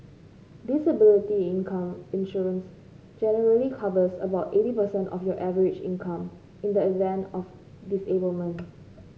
disability income insurance generally covers about eighty percent of your average income in the event of disablement